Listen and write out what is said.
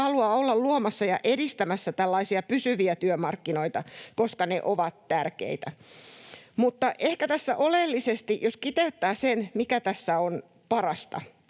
haluaa olla luomassa ja edistämässä tällaisia pysyviä työmarkkinoita, koska ne ovat tärkeitä. Mutta ehkä jos tässä kiteyttää sen, mikä tässä on parasta,